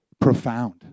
profound